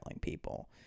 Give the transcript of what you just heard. people